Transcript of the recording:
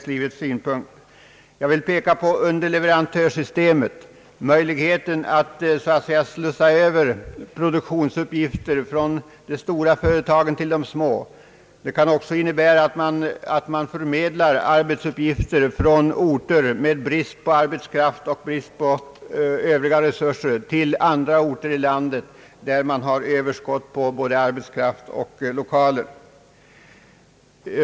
Jag vill peka på nödvändigheten att bygga ut underleverantörsystemet, möjligheten att så att säga slussa över produktionsuppgifter från de stora företagen till de små. Det kan också innebära att man förmedlar arbetsuppgifter från orter med brist på arbetskraft och på övriga resurser till andra orter i landet där man har överskott på både arbetskraft och lokaler.